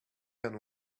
can